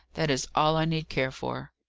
that is all i need care for.